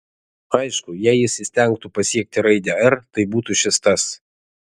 aišku jei jis įstengtų pasiekti raidę r tai būtų šis tas